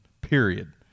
Period